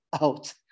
out